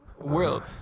world